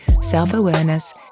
self-awareness